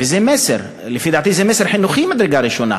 וזה מסר, לפי דעתי זה מסר חינוכי ממדרגה ראשונה,